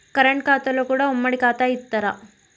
Current ఖాతాలో కూడా ఉమ్మడి ఖాతా ఇత్తరా?